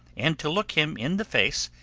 and to look him in the face,